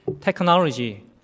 Technology